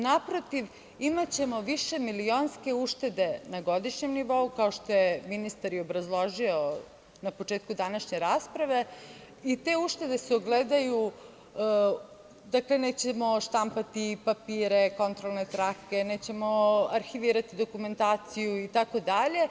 Naprotiv, imaćemo višemilionske uštede na godišnjem nivou, kao što je ministar i obrazložio na početku današnje rasprave, i te uštede se ogledaju u tome što nećemo štampati papire, kontrolne trake, nećemo arhivirati dokumentaciju itd.